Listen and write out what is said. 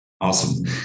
Awesome